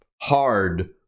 hard